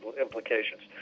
implications